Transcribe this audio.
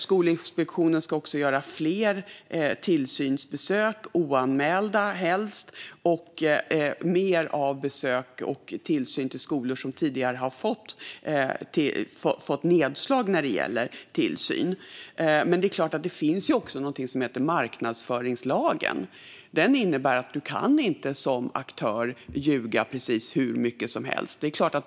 Skolinspektionen ska också göra fler tillsynsbesök, helst oanmälda, och det ska bli mer besök och tillsyn i skolor som tidigare har fått nedslag. Men det finns också något som heter marknadsföringslagen. Den innebär att man som aktör inte kan ljuga precis hur mycket som helst.